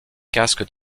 casques